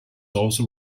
also